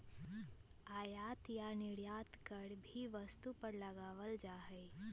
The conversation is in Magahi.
आयात या निर्यात कर भी वस्तु पर लगावल जा हई